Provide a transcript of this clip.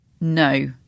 no